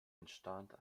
entstand